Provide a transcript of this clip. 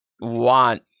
want